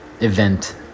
event